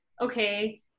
okay